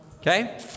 Okay